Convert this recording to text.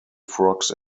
frogs